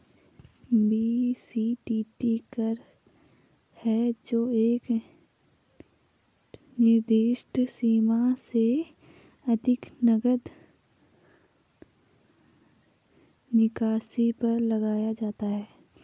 BCTT कर है जो एक निर्दिष्ट सीमा से अधिक नकद निकासी पर लगाया जाता है